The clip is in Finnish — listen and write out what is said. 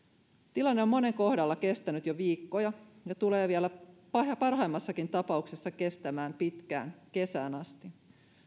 tilanne on monen kohdalla kestänyt jo viikkoja ja tulee vielä parhaimmassakin tapauksessa kestämään pitkään kesään asti